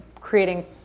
creating